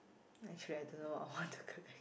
actually I don't know what I want to collect